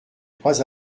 trois